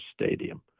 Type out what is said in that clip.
stadium